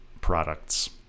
Products